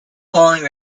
following